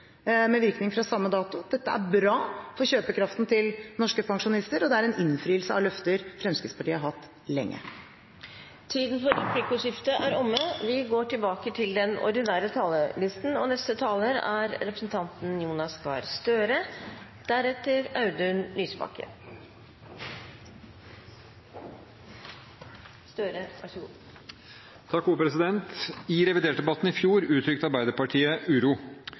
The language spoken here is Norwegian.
med virkning fra samme dato. Dette er bra for kjøpekraften til norske pensjonister, og det er en innfrielse av løfter som Fremskrittspartiet har hatt lenge. Replikkordskiftet er omme.